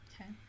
okay